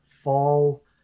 fall